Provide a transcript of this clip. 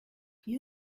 hier